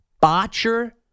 Botcher